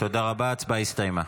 תודה רבה, ההצבעה הסתיימה.